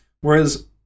whereas